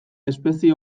espezie